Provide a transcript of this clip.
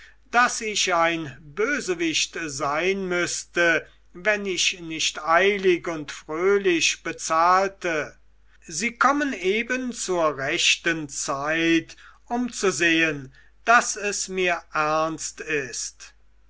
daß ich ein bösewicht sein müßte wenn ich nicht eilig und fröhlich bezahlte sie kommen eben zur rechten zeit um zu sehen daß es mir ernst ist